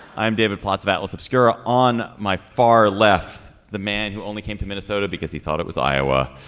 i'm david plotz about lois obscura. on my far left the man who only came to minnesota because he thought it was iowa